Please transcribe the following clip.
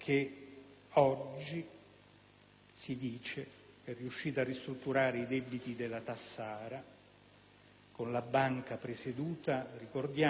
si dice - è riuscito a ristrutturare i debiti della Tassara con la banca presieduta - ricordiamolo - dal professor Bazoli,